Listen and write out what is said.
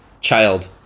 Child